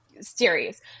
series